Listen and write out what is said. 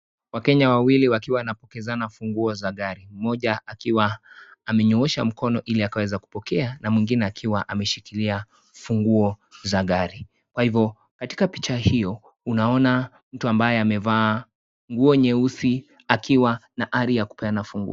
Wakenya wawili wakiwa wanafukizana funguo za gari. Mmoja akiwa amenyoosha mkono ili akaweza kupokea, na mwingine akiwa ameshikilia funguo za gari. Kwa hivo, katika picha hiyo, unaona mtu ambaye amevaa nguo nyeusi akiwa na ari ya kupeana funguo.